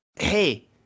hey